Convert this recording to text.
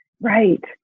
Right